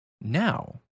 Now